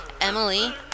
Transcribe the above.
Emily